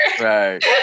Right